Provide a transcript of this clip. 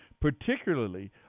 particularly